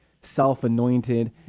self-anointed